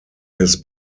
his